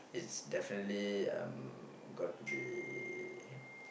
it's definitely um got to be